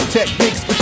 techniques